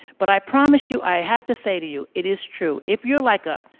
but i promise you, i have to say to you, it is true if you're like a,